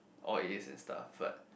all A in stuff but